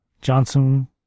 Johnson